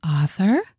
author